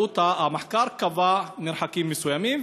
המחקר קבע מרחקים מסוימים,